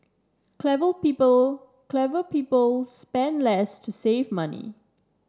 clever people clever people spend less to save money